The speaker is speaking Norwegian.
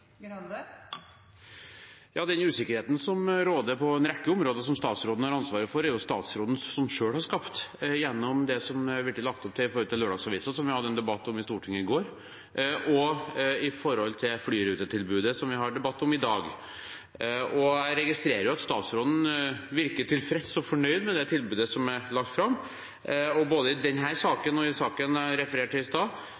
Den usikkerheten som råder på en rekke områder som statsråden har ansvaret for, er det jo statsråden selv som har skapt, gjennom det man har lagt opp til når det gjelder lørdagsaviser – som vi hadde en debatt om i Stortinget i går – og flyrutetilbudet, som vi har debatt om i dag. Jeg registrerer at statsråden virker tilfreds og fornøyd med det tilbudet som er lagt fram. Både denne saken og saken jeg refererte til i